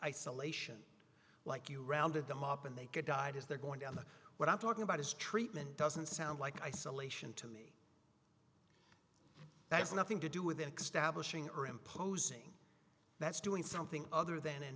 isolation like you rounded them up and they could died as they're going down the what i'm talking about is treatment doesn't sound like isolation to me that's nothing to do with ecstatic or imposing that's doing something other than